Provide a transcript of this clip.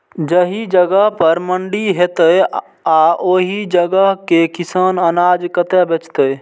जाहि जगह पर मंडी हैते आ ओहि जगह के किसान अनाज कतय बेचते?